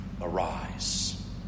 arise